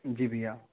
जी भइया